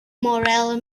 morale